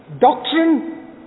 Doctrine